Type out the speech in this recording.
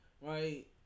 right